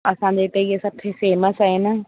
असांजे हिते इहे सभु फेम्स आहिनि